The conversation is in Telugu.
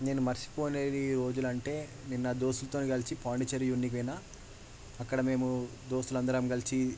నేను మర్చిపోలేని రోజులు అంటే నేను నా దోస్తులుతో కలిసి పాండిచ్చేరి చూడటానికి పోయాను అక్కడ మేము దోస్తులు అందరం కలిసి